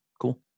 cool